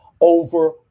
over